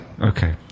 Okay